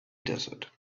desert